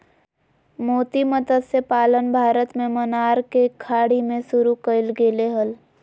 मोती मतस्य पालन भारत में मन्नार के खाड़ी में शुरु कइल गेले हल